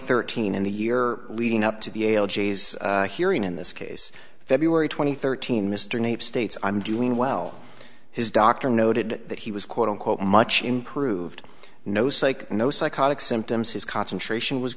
thirteen in the year leading up to the ail g s hearing in this case february twenty third team mr nate states i'm doing well his doctor noted that he was quote unquote much improved no psych no psychotic symptoms his concentration was